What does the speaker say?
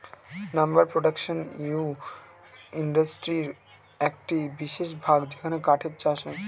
lumber production wood ইন্ডাস্ট্রির একটি বিশেষ ভাগ যেখানে কাঠের চাষ হয়